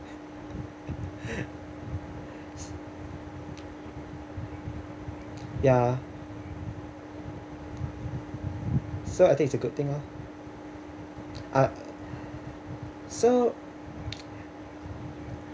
ya so i think it's a good thing loh ah so